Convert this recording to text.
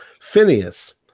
Phineas